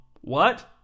What